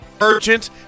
urgent